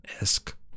esque